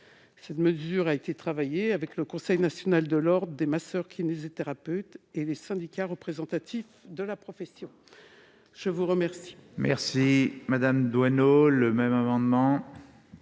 proposons a été travaillée avec le Conseil national de l'ordre des masseurs-kinésithérapeutes et les syndicats représentatifs de la profession. La parole